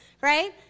right